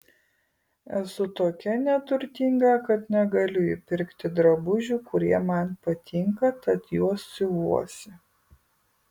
esu tokia neturtinga kad negaliu įpirkti drabužių kurie man patinka tad juos siuvuosi